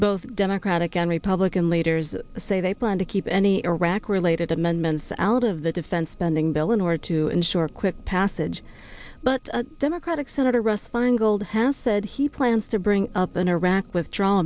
both democratic and republican leaders say they plan to keep any iraq related amendments out of the defense spending bill in order to ensure quick passage but democratic senator russ feingold has said he plans to bring up an iraq withdrawal